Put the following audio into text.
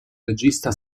regista